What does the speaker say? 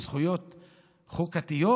בזכויות חוקתיות?